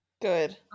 Good